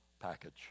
package